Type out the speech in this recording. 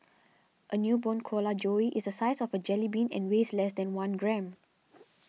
a newborn koala joey is the size of a jellybean and weighs less than one gram